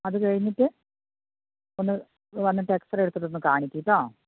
അത് കഴിഞ്ഞിട്ട് ഒന്ന് വന്നിട്ട് എക്സ്റേ എടുത്തിട്ട് ഒന്ന് കാണിക്ക് കേട്ടോ